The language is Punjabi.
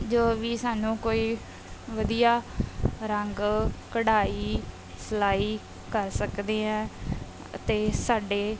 ਜੋ ਵੀ ਸਾਨੂੰ ਕੋਈ ਵਧੀਆ ਰੰਗ ਕਢਾਈ ਸਲਾਈ ਕਰ ਸਕਦੇ ਹੈ ਅਤੇ ਸਾਡੇ